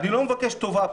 אני לא מבקש פה טובה.